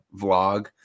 vlog